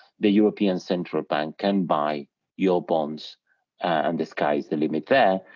the european central bank can buy your bonds and the sky's the limit there,